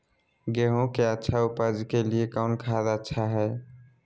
गेंहू के अच्छा ऊपज के लिए कौन खाद अच्छा हाय?